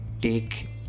take